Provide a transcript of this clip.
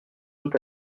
tout